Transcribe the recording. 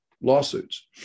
lawsuits